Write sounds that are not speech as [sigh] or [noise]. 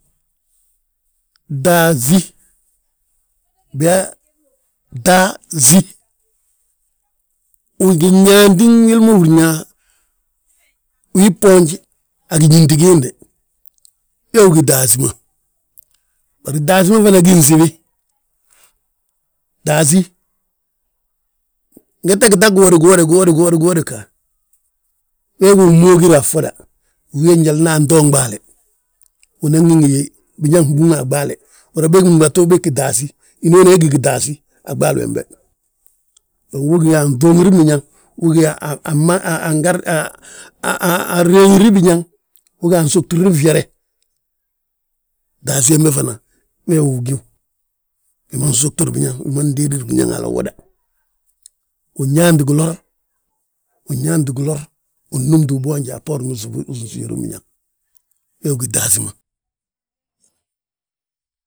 Taasí, biyaa taasí, wii ginyaanti wili húrin yaa, wii bboonj, a giñínti giinde, wee wi gí taasí ma. Bari taasí we fana gí nsibi, taasí ngette gita giwodi, giwodi, giwodi, giwodi ga? Wee wi unmoogir a ffoda, wi giye njalna anton ɓaale, unan gí ngi biñaŋ mbúŋ a ɓaale, húri yaa bég bindúbatu bég gí taasi, hinooni he gí gitaasí a ɓaali wembe. We gí ge anŧoogir biñaŋ, we gí ge [hesitation] anreeŋir biñaŋ, uga a fsugtiri fyere, taasí wembe fana wee wi ugíw, wi ma sugtur biñaŋ, wi ma dédir biñaŋ hala uwoda. Win yaanti gilor, win yaanti gilor, win númti wu boonje a bboorin ginsújirim biñaŋ wee wi gí taasí ma wala.